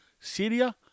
Syria